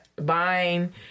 buying